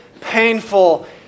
painful